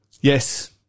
Yes